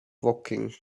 woking